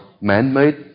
man-made